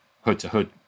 hood-to-hood